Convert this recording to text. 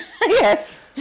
Yes